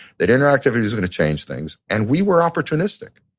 that interactivity was gonna change things. and we were opportunistic.